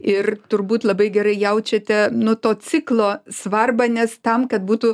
ir turbūt labai gerai jaučiate nu to ciklo svarbą nes tam kad būtų